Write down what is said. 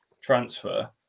transfer